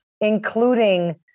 including